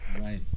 Right